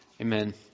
Amen